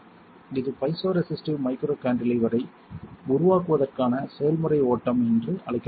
இது பைசோரெசிஸ்டிவ் மைக்ரோகாண்டிலீவரை உருவாக்குவதற்கான செயல்முறை ஓட்டம் என்று அழைக்கப்படுகிறது